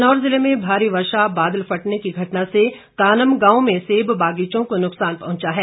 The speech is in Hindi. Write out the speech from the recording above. किन्नौर जिले में भारी वर्षा बादल फटने की घटना से कानम गांव में सेब बागीचों को नुक्सान पहुंचा है